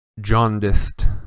jaundiced